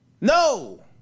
No